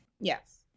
Yes